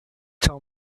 tell